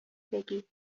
بگی